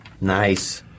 Nice